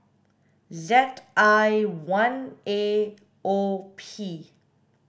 Z I one A O P